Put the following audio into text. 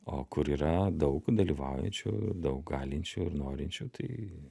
o kur yra daug dalyvaujančių daug galinčių ir norinčių tai